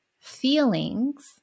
feelings